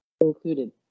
included